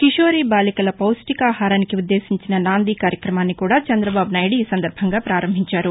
కిశోరి బాలికల పౌష్టికాహారానికి ఉద్దేశించిన నాంది కార్యక్రమాన్ని కూడా చంద్రబాబు నాయుడు ఈ సందర్భంగా ప్రారంభించారు